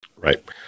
Right